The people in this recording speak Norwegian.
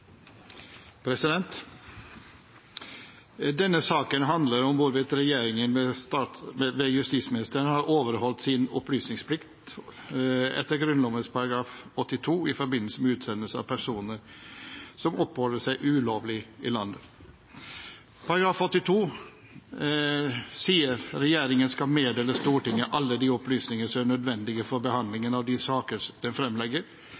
omme. Denne saken handler om hvorvidt regjeringen ved justisministeren har overholdt sin opplysningsplikt etter Grunnloven § 82 i forbindelse med utsendelse av personer som oppholder seg ulovlig i landet. § 82 lyder: «Regjeringen skal meddele Stortinget alle de opplysninger som er nødvendige for behandlingen av de saker den fremlegger.